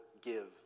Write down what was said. give